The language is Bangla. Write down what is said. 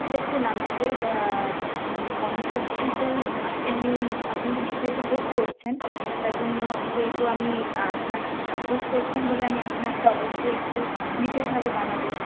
দেখুন আমাদের পঞ্চাশ পিসের আপনি আপনি যেহেতু বুক করছেন তাই জন্য যেহেতু আমি আপনার বুক করছেন বলে আমি আপনারটা অবশ্যই একটু বিশেষভাবে বানাবো